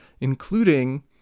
including